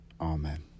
Amen